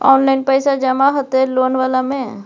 Online पैसा जमा हते लोन वाला में?